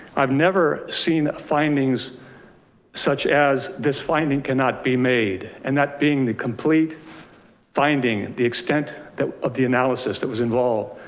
i've never seen findings such as this finding can not be made. and that being the complete finding the extent of the analysis that was involved,